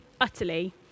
utterly